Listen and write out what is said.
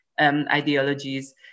ideologies